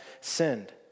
sinned